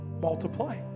multiply